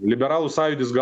liberalų sąjūdis gal